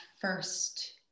first